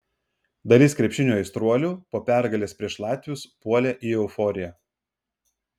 dalis krepšinio aistruolių po pergalės prieš latvius puolė į euforiją